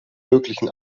möglichen